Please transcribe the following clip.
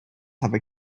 have